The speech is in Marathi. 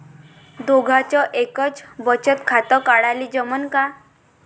दोघाच एकच बचत खातं काढाले जमनं का?